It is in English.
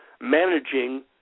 managing